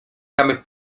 samych